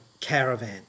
caravan